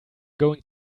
going